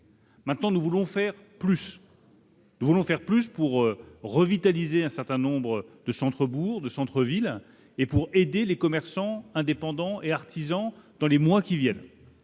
Maintenant, nous voulons faire plus. Nous voulons faire plus pour revitaliser un certain nombre de centres-bourgs et de centres-villes, et pour aider les commerçants, indépendants et artisans dans les mois qui viennent.